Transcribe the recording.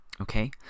okay